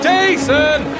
Jason